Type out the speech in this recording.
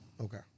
okay